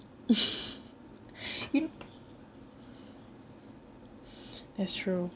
that's true